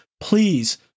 please